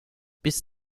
bis